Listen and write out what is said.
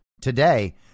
today